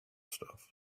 stuff